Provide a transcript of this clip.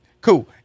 Cool